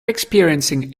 experiencing